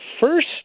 first